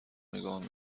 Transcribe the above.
نگاه